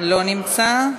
לא נמצא.